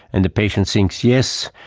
and the patient thinks yes,